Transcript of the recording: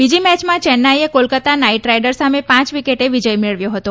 બીજી મેચમાં ચેન્નાઈએ કોલકત્તા નાઈટ રાઈડર સામે પાંચ વિકેટે વિજય મેળવ્યો હતો